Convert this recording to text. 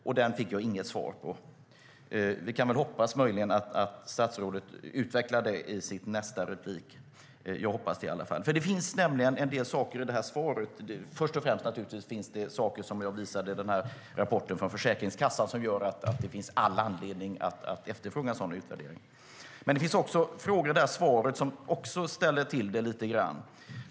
Den frågan fick jag inget svar på. Jag hoppas att statsrådet utvecklar den i sitt nästa inlägg. Det finns en del saker i svaret - som också visas i rapporten från Försäkringskassan - som gör att det finns all anledning att efterfråga en sådan utvärdering. Det finns också en del i svaret som ställer till det lite grann.